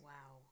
Wow